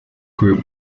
group